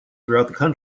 throughout